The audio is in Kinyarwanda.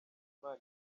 imana